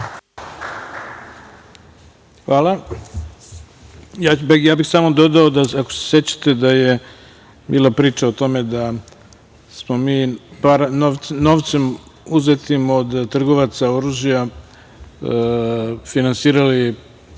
Hvala. Dodao bih, ako se sećate da je bila priča o tome da smo mi novcem uzetim od trgovaca oružja finansirali